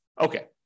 okay